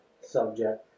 subject